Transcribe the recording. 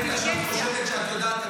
יש לך קטע שאת חושבת שאת יודעת הכול.